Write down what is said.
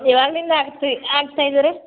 ಯಾವಾಗ್ಲಿಂದ ಆಗತ್ತೆ ರೀ ಆಗ್ತಾಯಿದ ರೀ